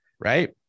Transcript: right